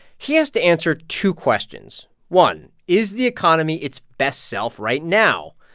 he has to answer two questions. one, is the economy its best self right now?